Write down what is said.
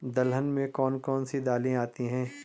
दलहन में कौन कौन सी दालें आती हैं?